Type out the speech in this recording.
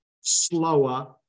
slower